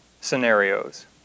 scenarios